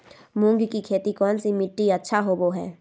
मूंग की खेती कौन सी मिट्टी अच्छा होबो हाय?